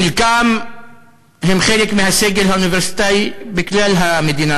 חלקם הם חלק מהסגל האוניברסיטאי בכלל המדינה,